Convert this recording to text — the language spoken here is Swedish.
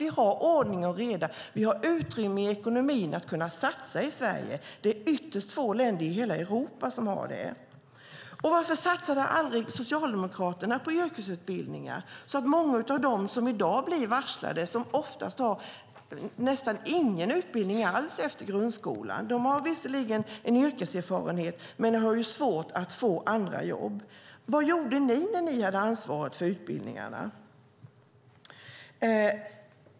Vi har ordning och reda. Vi har utrymme i ekonomin att kunna satsa i Sverige. Det är ytterst få länder i hela Europa som har det. Varför satsade aldrig Socialdemokraterna på yrkesutbildningar? Många av dem som blir varslade i dag har oftast inte någon utbildning alls efter grundskolan. De har visserligen en yrkeserfarenhet, men de har svårt att få andra jobb. Vad gjorde ni när ni hade ansvaret för utbildningarna?